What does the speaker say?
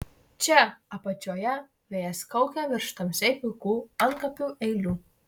čia apačioje vėjas kaukia virš tamsiai pilkų antkapių eilių